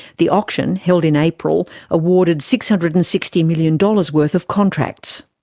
the auction, held in april, awarded six hundred and sixty million dollars worth of contracts.